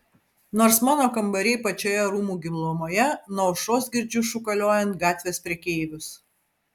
nors mano kambariai pačioje rūmų gilumoje nuo aušros girdžiu šūkaliojant gatvės prekeivius